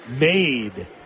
made